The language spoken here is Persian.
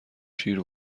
شیر